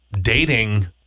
dating